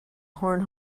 horn